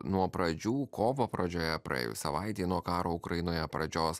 nuo pradžių kovo pradžioje praėjus savaitei nuo karo ukrainoje pradžios